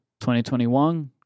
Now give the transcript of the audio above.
2021